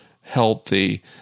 healthy